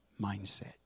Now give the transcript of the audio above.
mindset